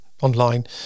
online